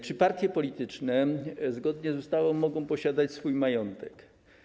Czy partie polityczne zgodnie z ustawą mogą posiadać majątek?